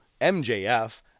MJF